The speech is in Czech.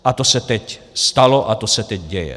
A to se teď stalo a to se teď děje.